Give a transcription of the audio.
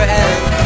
end